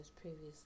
previously